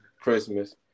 Christmas